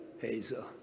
Hazel